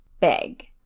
big